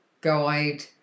guide